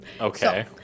Okay